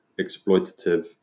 exploitative